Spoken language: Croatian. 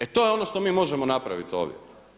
E to je ono što mi možemo napraviti ovdje.